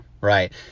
right